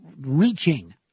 reaching